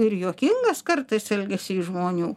ir juokingas kartais elgesys žmonių